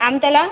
Amtala